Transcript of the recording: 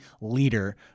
leader